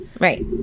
right